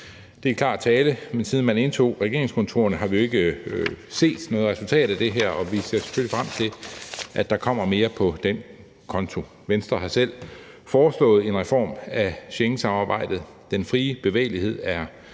Det er klar tale, men siden man indtog regeringskontorerne, har vi jo ikke set noget resultat af det her, og vi ser selvfølgelig frem til, at der kommer mere på den konto. Venstre har selv foreslået en reform af Schengensamarbejdet. Den frie bevægelighed er